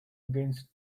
against